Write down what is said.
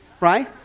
right